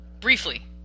Briefly